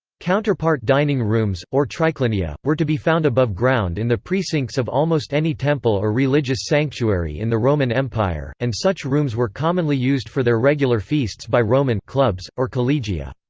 counterpart dining rooms, or triclinia, were to be found above ground in the precincts of almost any temple or religious sanctuary in the roman empire, and such rooms were commonly used for their regular feasts by roman clubs, or collegia.